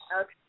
Okay